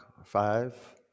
Five